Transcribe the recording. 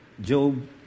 Job